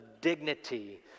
dignity